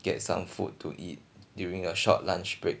get some food to eat during a short lunch break